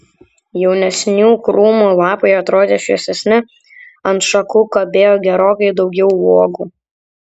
jaunesnių krūmų lapai atrodė šviesesni ant šakų kabėjo gerokai daugiau uogų